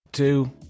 Two